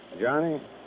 Johnny